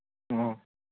ꯑꯣ